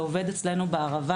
זה עובד אצלנו בערבה.